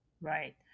Right